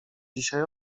dzisiaj